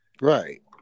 Right